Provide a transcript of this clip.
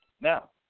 Now